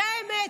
זו האמת.